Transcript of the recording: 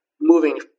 moving